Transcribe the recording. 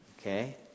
Okay